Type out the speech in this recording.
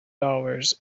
dollars